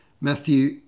Matthew